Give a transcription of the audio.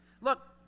Look